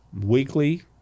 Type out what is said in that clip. weekly